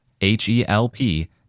H-E-L-P